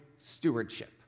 stewardship